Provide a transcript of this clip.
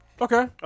Okay